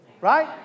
Right